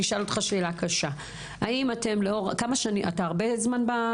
כמה שנים אתה בתפקיד?